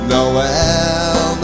Noel